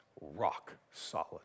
rock-solid